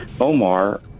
Omar